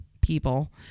people